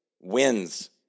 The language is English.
wins